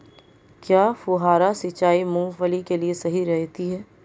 क्या फुहारा सिंचाई मूंगफली के लिए सही रहती है?